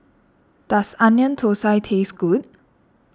does Onion Thosai taste good